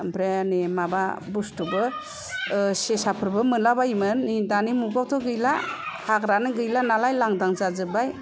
ओमफ्राय नै माबा बुसथुबो सेसाफोरबो मोनलाबायोमोन दानि मुगायावथ' गैला हाग्रायानो गैला नालाय लान्दां जाजोब्बाय